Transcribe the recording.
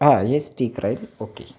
हा हेच ठीक राहील ओके